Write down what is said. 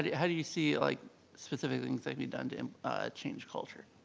yeah how do you see like specific things that'd be done to change culture?